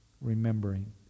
remembering